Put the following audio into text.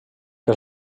que